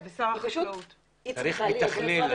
היא צריכה להיות.